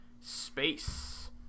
space